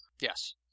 Yes